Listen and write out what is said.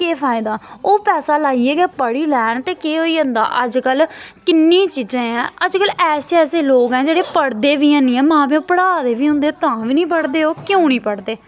केह् फायदा ओह् पैसा लाइयै गै पढ़ी लैन ते केह् होई जंदा अज्जकल किन्नी चीजां ऐ अज्जकल ऐसे ऐसे लोक ऐ जेह्ड़े पढ़दे बी हैनी ऐ मां प्यो पढ़ा दे बी होंदे तां बी निं पढ़दे ओह् क्यों निं पढ़दे